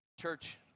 Church